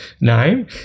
name